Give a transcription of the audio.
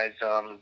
guys